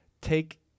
take